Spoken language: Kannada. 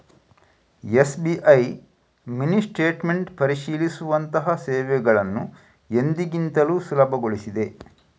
ಎಸ್.ಬಿ.ಐ ಮಿನಿ ಸ್ಟೇಟ್ಮೆಂಟ್ ಪರಿಶೀಲಿಸುವಂತಹ ಸೇವೆಗಳನ್ನು ಎಂದಿಗಿಂತಲೂ ಸುಲಭಗೊಳಿಸಿದೆ